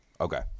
Okay